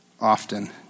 often